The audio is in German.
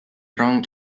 rang